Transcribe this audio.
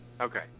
Okay